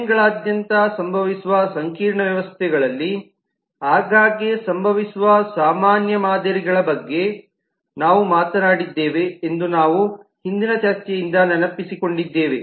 ಡೊಮೇನ್ಗಳಾದ್ಯಂತ ಸಂಭವಿಸುವ ಸಂಕೀರ್ಣ ವ್ಯವಸ್ಥೆಗಳಲ್ಲಿ ಆಗಾಗ್ಗೆ ಸಂಭವಿಸುವ ಸಾಮಾನ್ಯ ಮಾದರಿಗಳ ಬಗ್ಗೆ ನಾವು ಮಾತನಾಡಿದ್ದೇವೆ ಎಂದು ನಾವು ಹಿಂದಿನ ಚರ್ಚೆಯಿಂದ ನೆನಪಿಸಿಕೊಂಡಿದ್ದೇವೆ